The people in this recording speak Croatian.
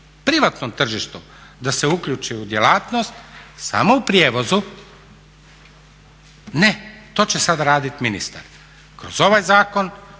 privatnom tržištu da se uključi u djelatnost samo u prijevozu. Ne, to će sad raditi ministar. Kroz ovaj zakon